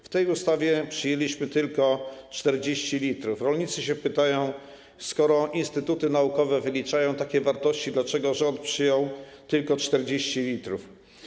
W tej ustawie przyjęliśmy tylko 40 l. Rolnicy pytają: Skoro instytuty naukowe wyliczają takie wartości, dlaczego rząd przyjął tylko 40 l?